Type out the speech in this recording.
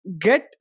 get